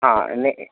हाँ नहीं